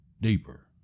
deeper